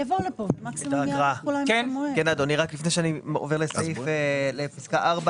לפני שאני עובר לפסקה (4),